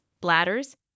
bladders